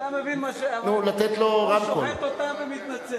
אתה מבין את מה שארדואן, הוא שוחט אותם ומתנצל.